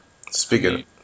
Speaking